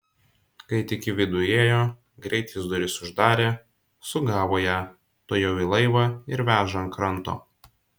kai tik į vidų įėjo greit jis duris uždarė sugavo ją tuojau į laivą ir veža ant kranto